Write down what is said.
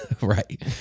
right